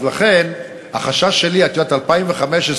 אז לכן החשש שלי, את יודעת, 2015,